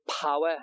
power